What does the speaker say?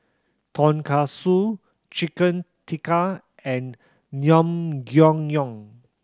Tonkatsu Chicken Tikka and Naengmyeon